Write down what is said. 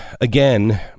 again